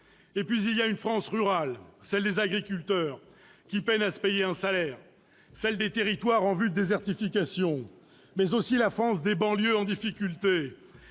Puis il y a une France rurale, celle des agriculteurs qui peinent à se payer un salaire, celle des territoires en voie de désertification, mais aussi la France des banlieues en difficulté,